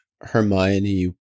Hermione